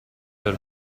del